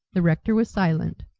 the rector was silent,